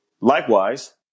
Likewise